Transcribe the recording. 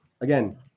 again